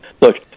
Look